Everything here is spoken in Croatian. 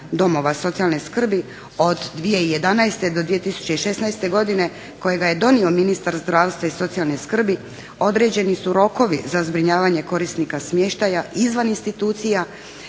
domova socijalne skrbi od 2011. do 2016. godine kojega je donio ministar zdravstva i socijalne skrbi određeni su rokovi za zbrinjavanje korisnika smještaja izvan institucija